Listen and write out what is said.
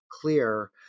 clear